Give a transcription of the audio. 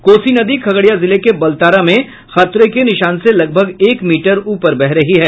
कोसी नदी खगड़िया जिले के बलतारा में खतरे के निशान से लगभग एक मीटर ऊपर बह रही है